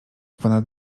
ponad